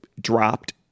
dropped